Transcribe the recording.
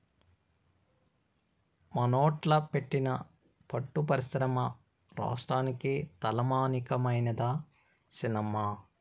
మనోట్ల పెట్టిన పట్టు పరిశ్రమ రాష్ట్రానికే తలమానికమైనాది సినమ్మా